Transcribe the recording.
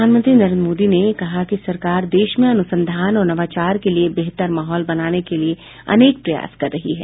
प्रधानमंत्री नरेन्द्र मोदी ने कहा है कि सरकार देश में अनुसंधान और नवाचार के लिए बेहतर माहौल बनाने के अनेक प्रयास कर रही है